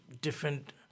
different